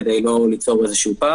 כדי לא ליצור פער.